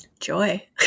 joy